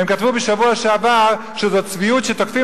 הם כתבו בשבוע שעבר שזאת צביעות שתוקפים